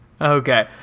Okay